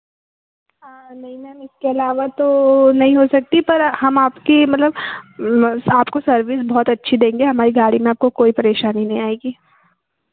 नहीं मैम इसके अलावा तो नहीं हो सकती पर हम आपके मतलब आपको सर्विस बहुत अच्छी देंगे हमारी गाड़ी में आपको कोई परेशानी नहीं आएगी